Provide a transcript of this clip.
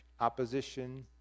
opposition